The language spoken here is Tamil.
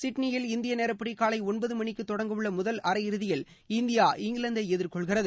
சிட்னியில் இந்திய நேரப்படி காலை ஒன்பது மணிக்கு தொடங்க உள்ள முதல் அரையிறுதியில் இந்தியா இங்கிலாந்தை எதிர்கொள்கிறது